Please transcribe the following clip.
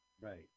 Right